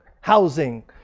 housing